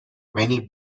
many